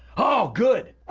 oh good.